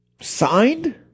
signed